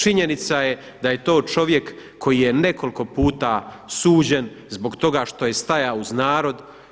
Činjenica je da je to čovjek koji je nekoliko puta suđen zbog toga što je stajao uz narod.